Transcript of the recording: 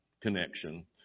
connection